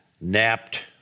napped